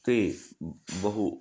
ते बहु